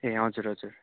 ए हजुर हजुर